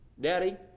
Daddy